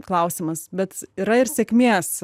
klausimas bet yra ir sėkmės